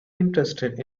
interested